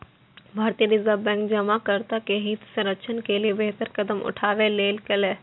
भारतीय reserve bank जमाकर्ता के हित संरक्षण के लिए बेहतर कदम उठेलकै